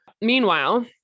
Meanwhile